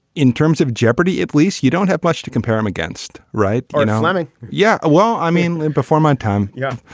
in terms of jeopardy, at least you don't have much to compare him against right ah now. um yeah, well i mean before my time. yeah.